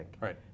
Right